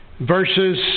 verses